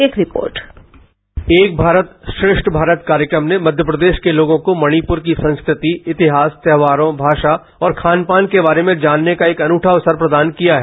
एक रिपोर्ट एक भारत श्रेष्ठ भारत कार्यक्रम में मध्यप्रदेश के लोगों को मणिपुर की संस्कृति इतिहास त्योहारों भाषा और खानपान के बारे में जानने का एक अनूठा अवसर प्रदान किया है